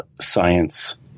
science